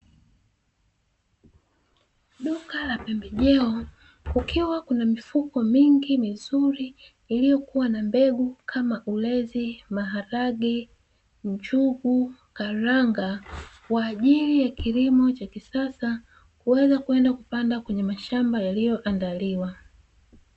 Duka la pembejeo kukiwa kuna mifuko mingi mizuri iliyokuwa na mbegu kama ulezi, maharage, njugu, karanga, kwa ajili ya kilimo cha kisasa kuweza kwenda kupanda kwenye mashamba yaliyo andaliwa.